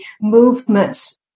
movements